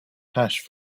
hash